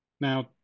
Now